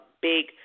big